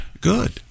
Good